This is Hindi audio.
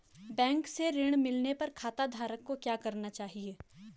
बैंक से ऋण मिलने पर खाताधारक को क्या करना चाहिए?